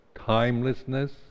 timelessness